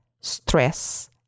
stress